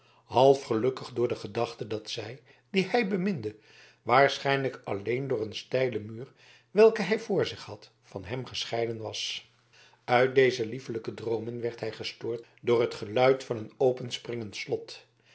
half gelukkig door de gedachte dat zij die hij beminde waarschijnlijk alleen door den steilen muur welken hij voor zich had van hem gescheiden was uit deze liefelijke droomen werd hij gestoord door het geluid van een openspringend slot